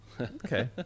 okay